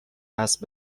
اسب